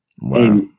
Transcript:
Wow